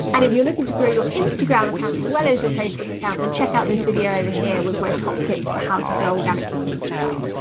and if you're looking to grow your instagram account as well as your facebook account, then check out this video over here with my top tips for how to grow organically on instagram.